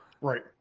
Right